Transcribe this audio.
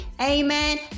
Amen